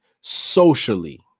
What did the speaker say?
socially